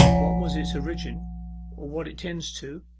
what was its origin, or what it tends to,